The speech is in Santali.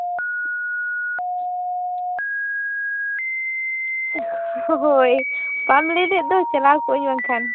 ᱦᱳᱭ ᱵᱟᱢ ᱞᱟᱹᱭ ᱞᱮᱫ ᱫᱚ ᱪᱟᱞᱟᱣ ᱠᱚᱜᱼᱟᱹᱧ ᱟᱢ ᱴᱷᱮᱱ